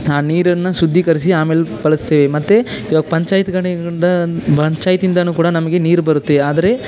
ಆ ನೀರನ್ನು ಶುದ್ಧೀಕರಿಸಿ ಆಮೇಲೆ ಬಳಸ್ತೀವಿ ಮತ್ತು ಈವಾಗ ಪಂಚಾಯಿತಿ ಕಡೆಯಿಂದ ಪಂಚಾಯಿತಿಯಿಂದಲೂ ಕೂಡ ನಮಗೆ ನೀರು ಬರುತ್ತೆ ಆದರೆ